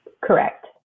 Correct